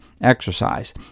exercise